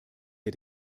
der